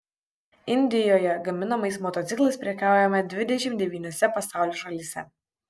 indijoje gaminamais motociklais prekiaujama dvidešimt devyniose pasaulio šalyse